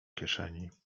kieszeni